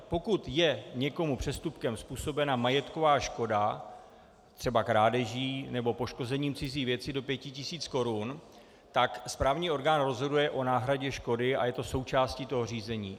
Pokud je někomu přestupkem způsobena majetková škoda třeba krádeží nebo poškozením cizí věci do 5 000 korun, tak správní orgán rozhoduje o náhradě škody a je to součástí toho řízení.